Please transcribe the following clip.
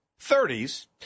30s